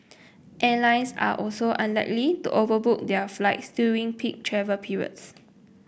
airlines are also unlikely to overbook their flights during peak travel periods